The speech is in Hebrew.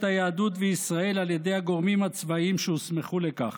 היהדות וישראל על ידי הגורמים הצבאיים שהוסמכו לכך".